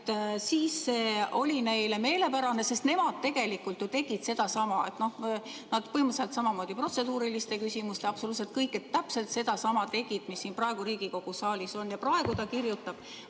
oli neile tookord meelepärane, sest nemad tegelikult ju tegid sedasama. Nad põhimõtteliselt samamoodi protseduuriliste küsimustega ja absoluutselt kõigega täpselt sedasama tegid, mis praegu Riigikogu saalis on. Aga praegu ta kirjutab: